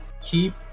keep